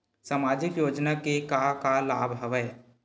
सामाजिक योजना के का का लाभ हवय?